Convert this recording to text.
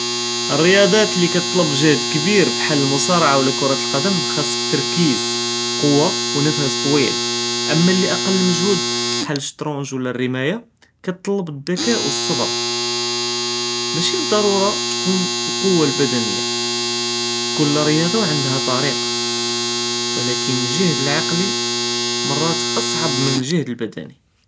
לרִיַאצָאת לי כִּיתְטְלְבּ גְ׳הְד כְּבִּיר בהאל למצָארעָה וְלא כּוּרת לְקָדָם חְ׳סָהא תרכִּיז קוּוָה ו נפס טוִיל, אַמָא לי אַקַּל מג׳הוּד בהאל לשְׁטָרְנְג׳ וְלא לרִּמָאיָה כִּיתְטְלְבּ דכָּאא ו צּבר מאשי לְדָרוּרָה תְּכוּן לקּוּוָה לבְּדָנִיָה כֻּל רִיַאצָה ו ענדָהא טרִיק, ולכִּין לְגְ׳הְד לעקְּלִי מָרָאת אַצְעַבּ מִן לְגְ׳הְד לבְּדָנִי.